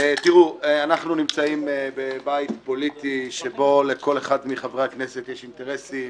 אנחנו נמצאים בבית פוליטי שבו לכל אחד מחברי הכנסת יש אינטרסים,